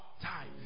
time